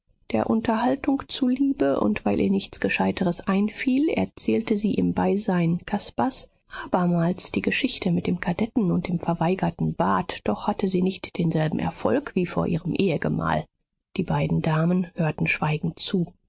der unterhaltung zuliebe und weil ihr nichts gescheiteres einfiel erzählte sie im beisein caspars abermals die geschichte mit dem kadetten und dem verweigerten bad doch hatte sie nicht denselben erfolg wie vor ihrem ehegemahl die beiden damen hörten schweigend zu